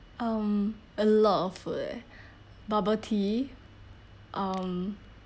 um a lot of food leh bubble tea um